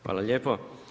Hvala lijepo.